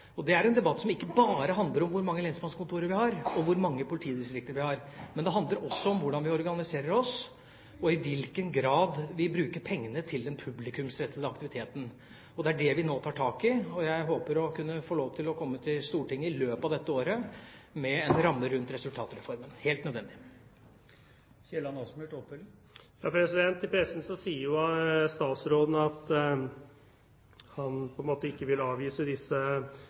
Det er en debatt som ikke bare handler om hvor mange lensmannskontorer vi har, og hvor mange politidistrikter vi har, men det handler også om hvordan vi organiserer oss, og i hvilken grad vi bruker pengene til den publikumsrettede aktiviteten. Det er det vi nå tar tak i, og jeg håper å kunne få lov til å komme til Stortinget i løpet av dette året med en ramme rundt resultatreformen. Det er helt nødvendig. I pressen sier statsråden at han ikke vil avvise disse forslagene som politidirektøren kom med, men at han heller ikke vil